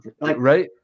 Right